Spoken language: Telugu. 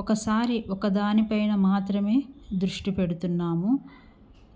ఒకసారి ఒక దానిపైన మాత్రమే దృష్టి పెడుతున్నాము